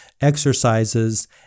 exercises